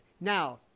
Now